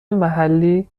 محلی